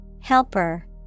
Helper